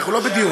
אנחנו לא בדיון.